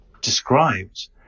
described